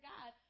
God